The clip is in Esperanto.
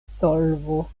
solvo